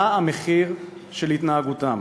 מה המחיר של התנהגותם.